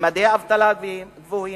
ממדי אבטלה גבוהים,